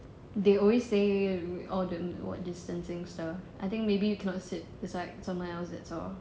they always say all the what distancing stuff I think maybe you cannot sit beside someone else that's all